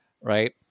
right